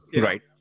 Right